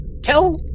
Tell